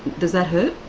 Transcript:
does that hurt?